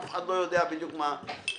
אף אחד לא יודע בדיוק מה קורה.